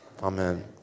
Amen